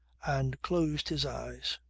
and closed his eyes.